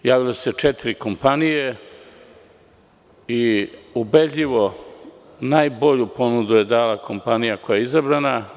Javile su se četiri kompanije a ubedljivo najbolju ponudu je dala kompanija koja je izabrana.